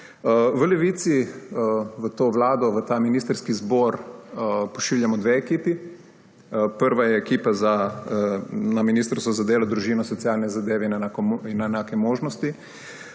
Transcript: V Levici v to vlado, v ta ministrski zbor pošiljamo dve ekipi. Prva je ekipa na ministrstvu za delo, družino, socialne zadeve in enake možnosti,